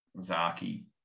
Zaki